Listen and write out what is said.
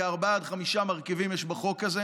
כארבעה עד חמישה מרכיבים יש בחוק הזה,